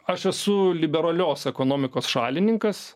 aš esu liberalios ekonomikos šalininkas